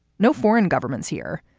no foreign governments here.